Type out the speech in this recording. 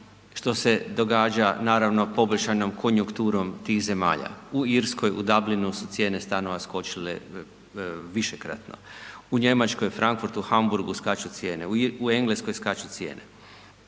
što se događa naravno, poboljšanom konjunkturom tih zemalja. U Irskoj, u Dublinu su cijene stanova skočile višekratno, u Njemačkoj, Frankfurtu, Hamburgu skaču cijene, u Engleskoj skaču cijene.